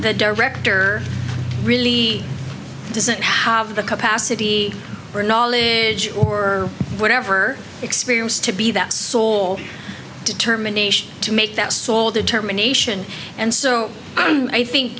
the director really doesn't have the capacity or knowledge or whatever experience to be that sole determination to make that sole determination and so i think